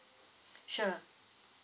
sure